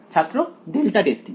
ছাত্র delta testing